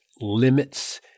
limits